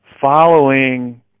following